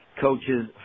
Coaches